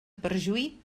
perjuí